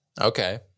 Okay